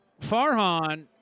Farhan